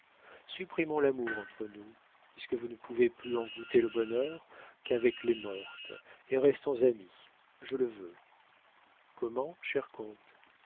supprimons l'amour entre nous puisque vous ne pouvez plus en goûter le bonheur qu'avec les mortes et restons amis je le veux comment cher